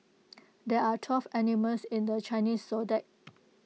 there are twelve animals in the Chinese Zodiac